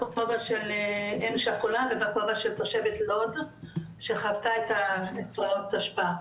בכובע של אם שכולה ובכובע של תושבת לוד שחוותה את מאורעות תשפ"א.